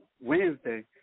Wednesday